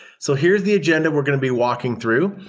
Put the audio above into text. so here's the agenda we're going to be walking through.